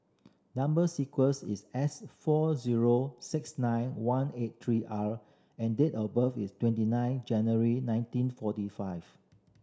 number sequence is S four zero six nine one eight three R and date of birth is twenty nine January nineteen forty five